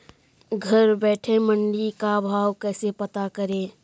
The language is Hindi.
घर बैठे मंडी का भाव कैसे पता करें?